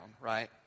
right